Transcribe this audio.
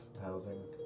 housing